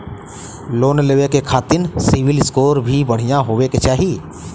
Loan लेवे के खातिन सिविल स्कोर भी बढ़िया होवें के चाही?